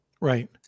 right